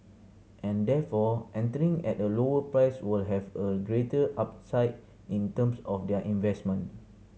and therefore entering at a lower price will have a greater upside in terms of their investment